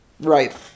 Right